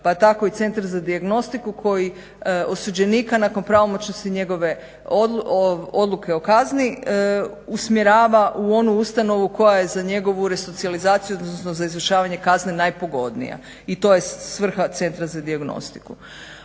Pa tako i centri za dijagnostiku koji osuđenika nakon pravomoćnosti njegove odluke o kazni usmjerava u onu ustanovu koja je za njegovu resocijalizaciju odnosno za izvršavanje kazne najpogodnija. I to je svrha centra za dijagnostiku.